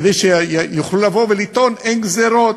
כדי שיוכלו לבוא ולטעון: אין גזירות.